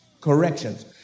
corrections